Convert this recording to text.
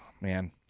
Man